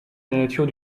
nature